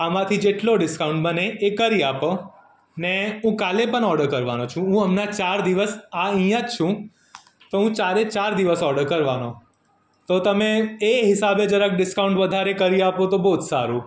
આમાંથી જેટલો ડિસ્કાઉન્ટ બને એ કરી આપો ને હું કાલે પણ ઓર્ડર કરવાનો છું હું હમણાં ચાર દિવસ હાલ અહીંયા જ છું તો હું ચારે ચાર દિવસ ઓર્ડર કરવાનો તો તમે એ હિસાબે જરાક ડિસ્કાઉન્ટ વધારે કરી આપો તો બહુ જ સારું